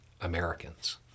Americans